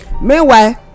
Meanwhile